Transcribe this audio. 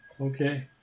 Okay